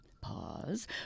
pause